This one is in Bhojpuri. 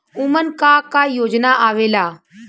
उमन का का योजना आवेला?